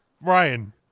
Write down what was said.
Ryan